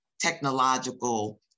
technological